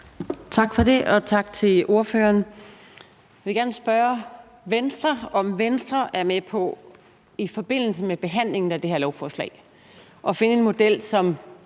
Tak for det, og tak til ordføreren. Jeg vil gerne spørge Venstre, om Venstre i forbindelse med behandlingen af det her lovforslag er med på at finde en model, som